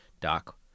doc